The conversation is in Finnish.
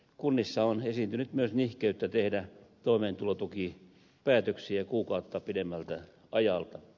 kunnissa on esiintynyt myös nihkeyttä tehdä toimeentulotukipäätöksiä kuukautta pidemmältä ajalta